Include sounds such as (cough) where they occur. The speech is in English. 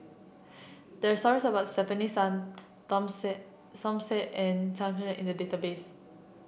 there stories about Stefanie Dom Said Som Said and Sai Hua (unintelligible) in the database